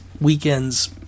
weekend's